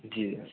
जी